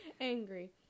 angry